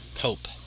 hope